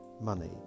money